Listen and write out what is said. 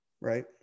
Right